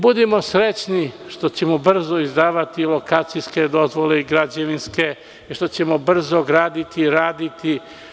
Budimo srećni što ćemo brzo izdavati lokacijske dozvole i građevniske i što ćemo brzo graditi i raditi.